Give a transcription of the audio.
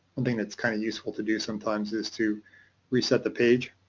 something that's kinda useful to do sometimes is to reset the page.